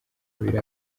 biri